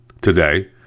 today